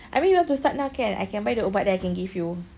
I mean you want to start now can I can buy the ubat then I can give you